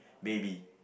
baby